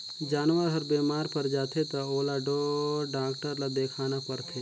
जानवर हर बेमार पर जाथे त ओला ढोर डॉक्टर ल देखाना परथे